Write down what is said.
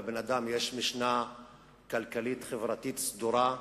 לבן-אדם יש משנה כלכלית חברתית סדורה,